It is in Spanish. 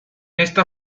esta